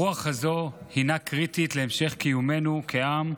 הרוח הזו היא קריטית להמשך קיומנו כעם,